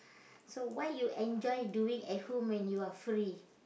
so what you enjoy doing at home when you are free